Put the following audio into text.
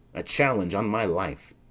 a challenge, on my life.